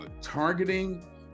targeting